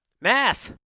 Math